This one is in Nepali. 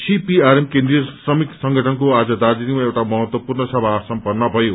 सीपीआरएम केन्द्रीय श्रमिक संगठनको आज दार्जीलिङमा एउटा महत्वपूर्ण सभा सम्पन्न भयो